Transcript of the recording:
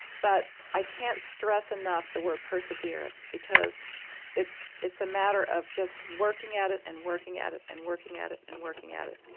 but i can't stress enough the word perseverance because it's it's a matter of just working at it and working at it and working at it and working at it,